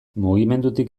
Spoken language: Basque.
mugimendutik